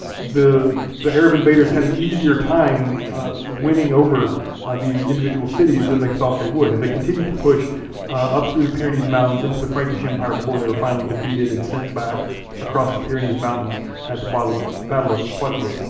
the the arab invaders had an easier time winning over these individual cities than they thought they would. and they continued to push up through the pyrenees mountains into the frankish empire, before they were finally defeated and sent back across the pyrenees mountains at the battle of battle of poitiers.